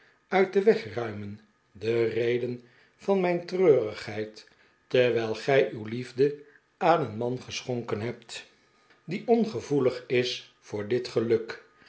uit den weg ruimen de reden van mijn treurigheid terwijl gij uw iiefde aan een man geschonken hebt die ongevoelig is voor dit geluk